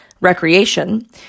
recreation